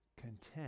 content